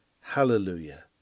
Hallelujah